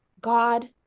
God